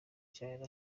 cyane